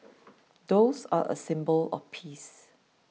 doves are a symbol of peace